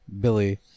Billy